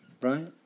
right